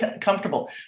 comfortable